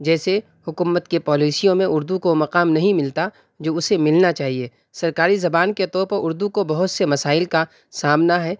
جیسے حکومت کی پالیسیوں میں اردو کو وہ مقام نہیں ملتا جو اسے ملنا چاہیے سرکاری زبان کے طور پر اردو کو بہت سے مسائل کا سامنا ہے